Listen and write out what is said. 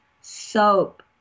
soap